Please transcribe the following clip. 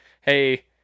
hey